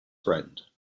friend